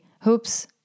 hoops